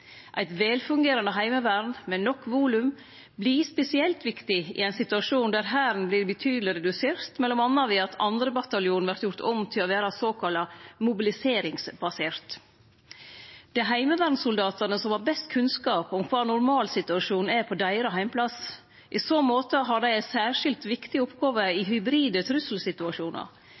Eit velfungerande heimevern, med nok volum, vert spesielt viktig i ein situasjon der Hæren vert betydeleg redusert, m.a. ved at 2. bataljon vert gjord om til å vere såkalla mobiliseringsbasert. Det er heimevernssoldatane som har best kunnskap om kva normalsituasjonen er på deira heimplass. I så måte har dei ei særskilt viktig oppgåve i hybride trusselsituasjonar.